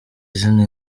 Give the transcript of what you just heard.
izina